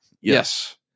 Yes